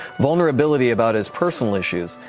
vulnerability about his personal issues.